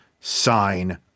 sign